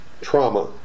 trauma